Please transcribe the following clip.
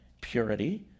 purity